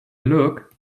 look